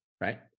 right